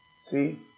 See